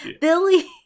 Billy